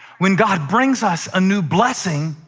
when god brings us a new blessing,